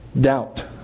doubt